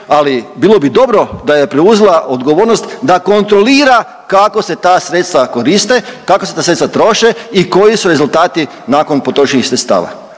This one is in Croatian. ali bilo bi dobro da je preuzela odgovornost da kontrolira kako se ta sredstva koriste, kako se ta sredstva troše i koji su rezultati nakon potrošenih sredstava.